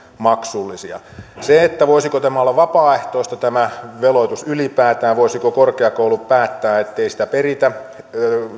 maksullisia voisiko tämä olla vapaaehtoista tämä veloitus ylipäätään voisivatko korkeakoulut päättää ettei sitä peritä